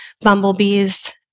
bumblebees